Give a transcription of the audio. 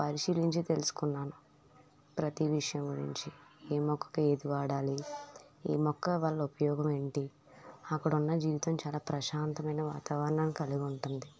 పరిశీలించి తెలుసుకున్నాను ప్రతీ విషయం గురించి ఏ మొక్కకి ఏది వాడాలి ఏ మొక్క వల్ల ఉపయోగం ఏంటి అక్కడ ఉన్న జీవితం చాలా ప్రశాంతమైన వాతావరణం కలిగి ఉంటుంది